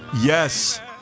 Yes